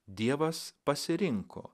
dievas pasirinko